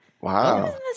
Wow